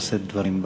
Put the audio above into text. לשאת דברים,